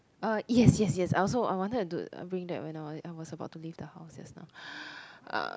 uh yes yes yes I also I wanted to bring that when I I was about to leave the house just now